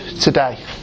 today